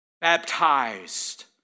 baptized